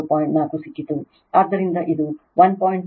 4 ಸಿಕ್ಕಿತು ಆದ್ದರಿಂದ ಇದು 1